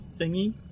thingy